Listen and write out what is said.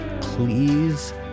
please